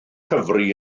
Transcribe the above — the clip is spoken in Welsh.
cyfri